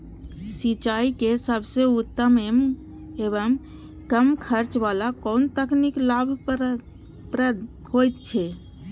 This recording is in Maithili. सिंचाई के सबसे उत्तम एवं कम खर्च वाला कोन तकनीक लाभप्रद होयत छै?